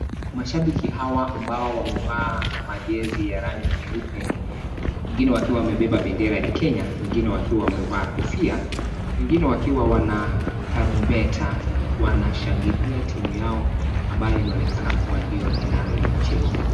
Mashabiki hawa ambao wamevaa machezi ya rangi nyeupe ,wengine wakiwa wamebeba pendera ya Kenya wengine wakiwa wamevaa kofia wengine wakiwa na tarumbeta wanashangilia timu yao ambayo inaokena kiwa ndio inacheza.